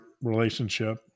relationship